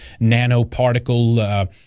nanoparticle